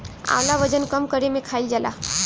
आंवला वजन कम करे में खाईल जाला